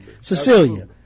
Cecilia